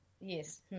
yes